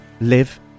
live